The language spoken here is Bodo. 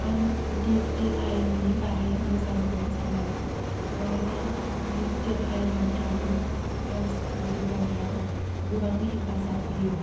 आंं दिजिथेल आरिमुनि बारै मोजां खौनो सानो मानोना दिजिथेल आरिमु फ्राबो मानसिखौ जौगानायाव गोबां हेफाजाब होयो